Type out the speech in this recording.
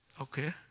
Okay